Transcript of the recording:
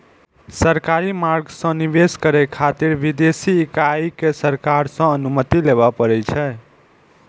सरकारी मार्ग सं निवेश करै खातिर विदेशी इकाई कें सरकार सं अनुमति लेबय पड़ै छै